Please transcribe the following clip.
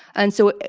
and so,